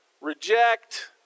reject